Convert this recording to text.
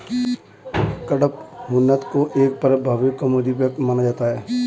कडपहनुत को एक प्रभावी कामोद्दीपक माना जाता है